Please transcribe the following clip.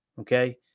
okay